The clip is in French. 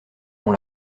dans